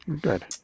Good